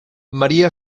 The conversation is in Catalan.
maria